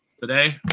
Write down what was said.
Today